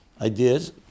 ideas